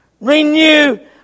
Renew